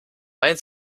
mein